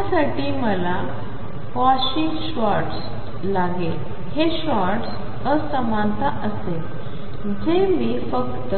त्यासाठी मला Cauchy Schwarz लागेल हे श्वार्ट्झ असमानता असेल जे मी फक्त